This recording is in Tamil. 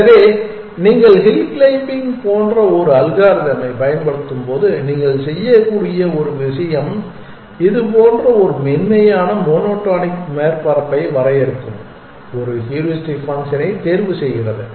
எனவே நீங்கள் ஹில் க்ளைம்பிங் போன்ற ஒரு அல்காரிதமைப் பயன்படுத்தும்போது நீங்கள் செய்யக்கூடிய ஒரு விஷயம் இது போன்ற ஒரு மென்மையான மோனோடோனிக் மேற்பரப்பை வரையறுக்கும் ஒரு ஹூரிஸ்டிக் ஃபங்க்ஷனைத் தேர்வுசெய்கிறது